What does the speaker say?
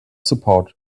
support